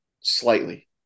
slightly